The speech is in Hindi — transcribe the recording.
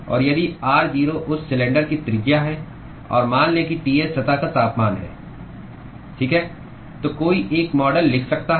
और यदि r0 उस सिलेंडर की त्रिज्या है और मान लें कि Ts सतह का तापमान है ठीक है तो कोई एक मॉडल लिख सकता है